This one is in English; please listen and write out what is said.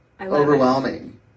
overwhelming